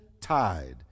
tide